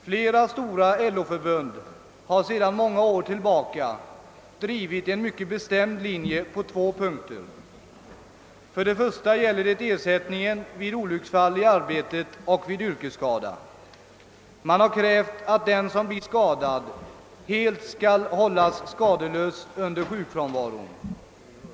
Flera stora LO-förbund har sedan många år tillbaka drivit en mycket bestämd linje på två punkter. Det första kravet gäller ersättningen vid olycksfall i arbete och yrkesskada. Man har krävt att den som blir skadad skall hållas helt skadeslös under sjukfrånvaron.